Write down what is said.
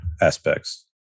aspects